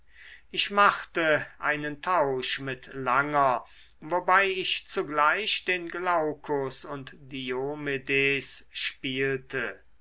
ich machte einen tausch mit langer wobei ich zugleich den glaukus und diomedes spielte